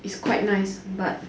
is quite nice but